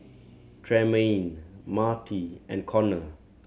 Tremayne Marty and Conner